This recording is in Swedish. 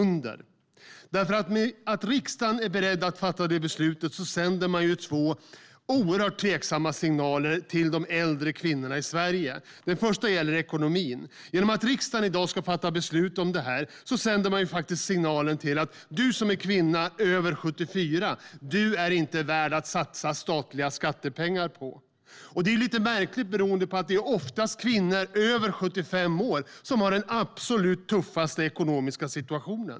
Om riksdagen fattar detta beslut sänder vi två tveksamma signaler till äldre kvinnor i Sverige. Den första gäller ekonomin. Riksdagen sänder signalen till kvinnor över 74 år att de inte är värda att satsa statliga skattepengar på. Det är lite märkligt eftersom kvinnor över 74 år ofta har det absolut tuffast ekonomiskt.